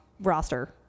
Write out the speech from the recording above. roster